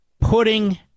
putting